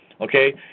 Okay